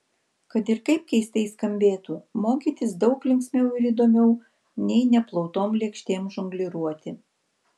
kad ir kaip keistai skambėtų mokytis daug linksmiau ir įdomiau nei neplautom lėkštėm žongliruoti